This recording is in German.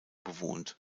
bewohnt